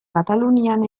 katalunian